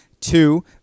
Two